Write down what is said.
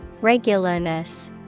Regularness